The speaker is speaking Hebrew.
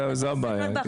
זה הבעיה,